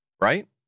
right